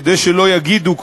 כדי שלא יגידו,